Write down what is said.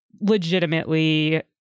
legitimately